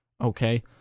Okay